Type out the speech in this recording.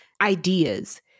ideas